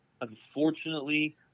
unfortunately